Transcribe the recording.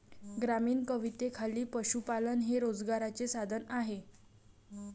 ग्रामीण कवितेखाली पशुपालन हे रोजगाराचे साधन आहे